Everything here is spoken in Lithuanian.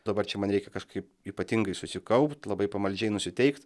dabar čia man reikia kažkaip ypatingai susikaupt labai pamaldžiai nusiteikt